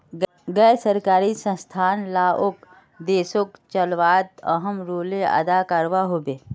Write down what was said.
गैर सरकारी संस्थान लाओक देशोक चलवात अहम् रोले अदा करवा होबे